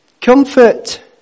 Comfort